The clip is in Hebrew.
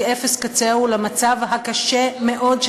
היא אפס קצהו של המצב הקשה מאוד של